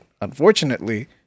unfortunately